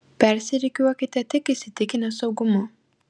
persirikiuokite tik įsitikinę saugumu